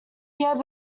had